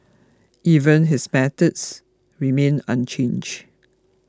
even his methods remain unchanged